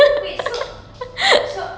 wait so so